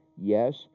Yes